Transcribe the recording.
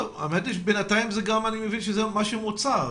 אני מבין שזה מה שמוצע.